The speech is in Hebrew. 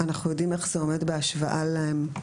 אנחנו יודעים איך זה עומד בהשוואה למקובל